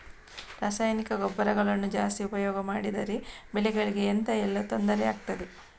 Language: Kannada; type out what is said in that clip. ರಾಸಾಯನಿಕ ಗೊಬ್ಬರಗಳನ್ನು ಜಾಸ್ತಿ ಉಪಯೋಗ ಮಾಡಿದರೆ ಬೆಳೆಗಳಿಗೆ ಎಂತ ಎಲ್ಲಾ ತೊಂದ್ರೆ ಆಗ್ತದೆ?